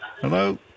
Hello